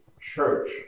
church